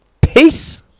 Peace